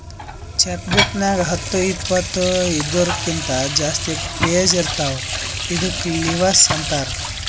check book ನಾಗ್ ಹತ್ತು ಇಪ್ಪತ್ತು ಇದೂರ್ಕಿಂತ ಜಾಸ್ತಿ ಪೇಜ್ ಇರ್ತಾವ ಇದ್ದುಕ್ ಲಿವಸ್ ಅಂತಾರ್